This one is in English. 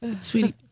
sweetie